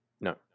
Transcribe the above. No